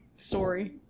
Sorry